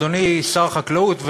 אדוני שר החקלאות,